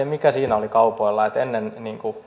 mikä kaupoilla oli siinä että ennen